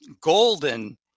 golden